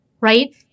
Right